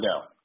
go